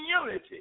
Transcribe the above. unity